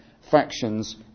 factions